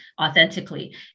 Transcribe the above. authentically